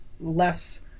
less